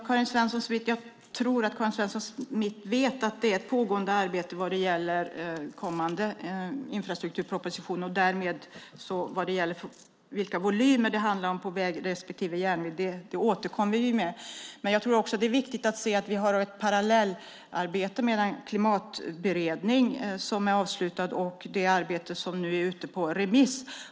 Fru talman! Jag tror att Karin Svensson Smith vet att det är ett pågående arbete vad gäller kommande infrastrukturproposition. Därmed återkommer vi vad gäller vilka volymer det handlar om på väg respektive järnväg. Men jag tror också att det är viktigt att se att vi har ett parallellarbete med den klimatberedning som är avslutad och det arbete som nu är ute på remiss.